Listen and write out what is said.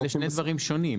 לא, זה שני דברים שונים.